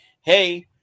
hey